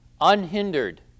unhindered